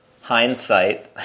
Hindsight